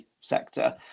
sector